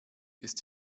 ist